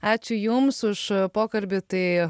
ačiū jums už pokalbį tai